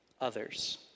others